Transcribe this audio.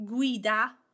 Guida